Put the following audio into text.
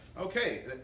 Okay